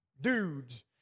dudes